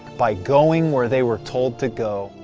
by going where they were told to go,